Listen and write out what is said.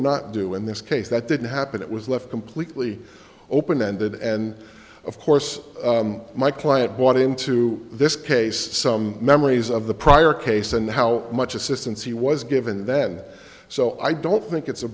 not do in this case that didn't happen it was left completely open ended and of course my client bought into this case some memories of the prior case and how much assistance he was given then so i don't think it's a